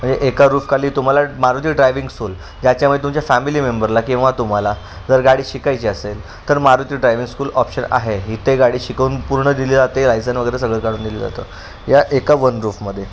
म्हणजे एका रूफखाली तुम्हाला मारुती ड्रायविंग स्कूल याच्यामुळे तुमच्या फॅमिली मेंबरला किंवा तुम्हाला जर गाडी शिकायची असेल तर मारुती ड्रायविंग स्कूल ऑप्शन आहे ही ते गाडी शिकवून पूर्ण दिली जाते लायसन वगैरे सगळं काढून दिले जातं या एका वन रूफमध्ये